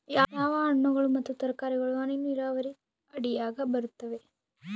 ಯಾವ ಹಣ್ಣುಗಳು ಮತ್ತು ತರಕಾರಿಗಳು ಹನಿ ನೇರಾವರಿ ಅಡಿಯಾಗ ಬರುತ್ತವೆ?